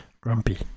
Grumpy